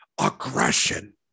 aggression